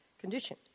condition